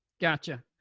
Gotcha